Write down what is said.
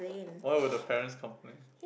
why would the parents complain